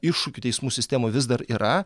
iššūkių teismų sistemoj vis dar yra